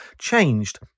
changed